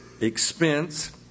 expense